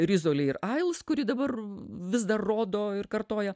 rizoli ir ails kurį dabar vis dar rodo ir kartoja